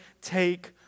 take